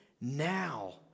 now